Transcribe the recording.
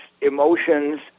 emotions